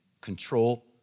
control